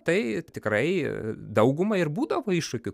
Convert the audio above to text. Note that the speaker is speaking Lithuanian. tai tikrai daugumai ir būdavo iššūkių